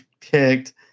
picked